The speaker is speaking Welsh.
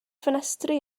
ffenestri